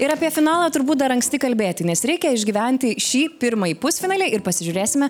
ir apie finalą turbūt dar anksti kalbėti nes reikia išgyventi šį pirmąjį pusfinalį ir pasižiūrėsime